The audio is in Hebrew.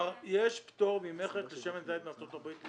כלומר, יש פטור לשמן זית מארצות הברית.